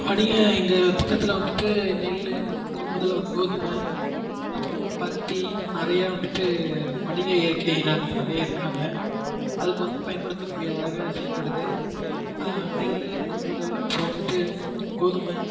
வணிகம் இங்க பக்கத்தில் வந்துட்டு நெல் கொள்முதல் அப்புறம் கோதுமை அப்புறம் பருத்தி இன்னும் நிறையா வந்துட்டு வணிக இயற்கை நிறைய இருக்காங்க அதுக்கு வந்து பயன்படுத்த கூடியதாக செயல்படுது நெல் கொள்முதல் அப்புறம் வந்துட்டு கோதுமை